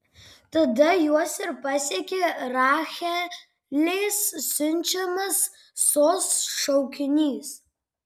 tada juos ir pasiekė rachelės siunčiamas sos šaukinys